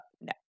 no